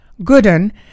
Gooden